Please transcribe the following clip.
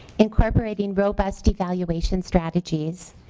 incorporating robust evaluation strategies.